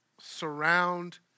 surround